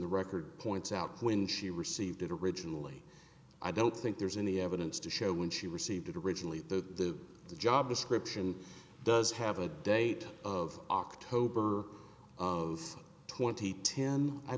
the record points out when she received it originally i don't think there's any evidence to show when she received it originally the job description does have a date of october of twenty ten i